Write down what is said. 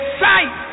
sight